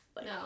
No